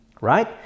right